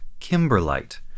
kimberlite